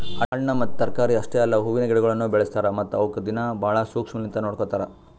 ಹಣ್ಣ ಮತ್ತ ತರಕಾರಿ ಅಷ್ಟೆ ಅಲ್ಲಾ ಹೂವಿನ ಗಿಡಗೊಳನು ಬೆಳಸ್ತಾರ್ ಮತ್ತ ಅವುಕ್ ದಿನ್ನಾ ಭಾಳ ಶುಕ್ಷ್ಮಲಿಂತ್ ನೋಡ್ಕೋತಾರ್